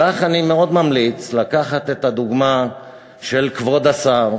לך אני מאוד ממליץ לקחת את הדוגמה של כבוד השר,